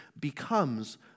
becomes